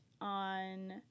on